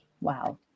Wow